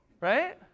right